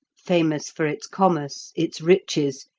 famous for its commerce, its riches,